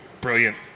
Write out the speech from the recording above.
brilliant